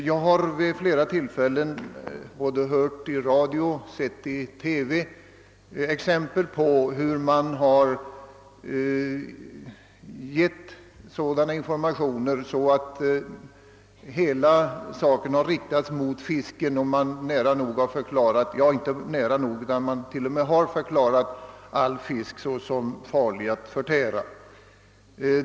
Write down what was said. Jag har vid flera tillfällen både hört i radio och sett i TV exempel på hur man har gett sådana informationer, att hela uppmärksamheten har riktats mot fisken; man har nära nog förklarat att all fisk skulle vara farlig att förtära.